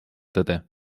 tõde